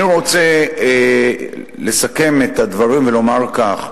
אני רוצה לסכם את הדברים ולומר כך,